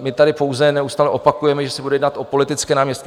My tady pouze neustále opakujeme, že se bude jednat o politické náměstky.